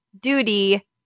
duty